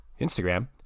Instagram